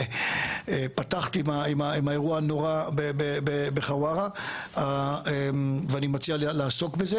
פתחת עם האירוע הנורא בחווארה ואני מציע לעסוק בזה,